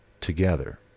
together